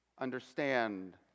understand